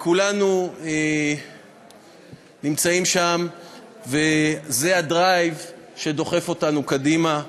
כולנו נמצאים שם וזה הדרייב שדוחף אותנו קדימה.